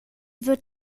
wird